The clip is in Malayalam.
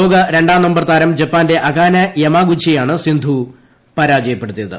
ലോക രണ്ടാം നമ്പർ താരം ജപ്പാന്റെ അകാനെ യെമാഗുച്ചിയെയാണ് സിന്ധു പരാജയപ്പെടുത്തിയത്